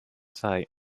site